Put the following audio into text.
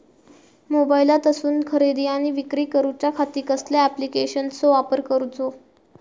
मोबाईलातसून खरेदी आणि विक्री करूच्या खाती कसल्या ॲप्लिकेशनाचो वापर करूचो?